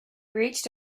reached